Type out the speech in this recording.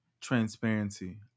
transparency